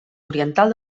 oriental